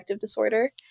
disorder